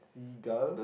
seagull